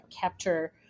capture